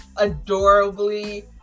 adorably